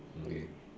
okay